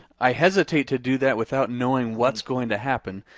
i hesitate to do that without knowing what's going to happen.